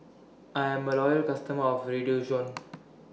I'm A Loyal customer of Redoxon